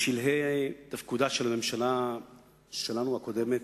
בשלהי תפקודה של הממשלה שלנו, הקודמת,